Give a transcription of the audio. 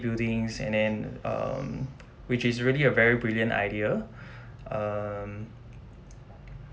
buildings and then um which is really a very brilliant idea um